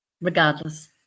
regardless